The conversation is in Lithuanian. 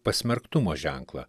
pasmerktumo ženklą